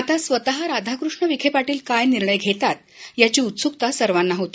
आता स्वतः राधाकृष्ण विखे पाटील काय निर्णय घेतात याची उत्सुकता सर्वांना होती